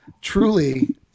truly